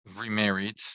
remarried